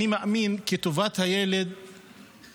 אני מאמין שבכל חברה